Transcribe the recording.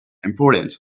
important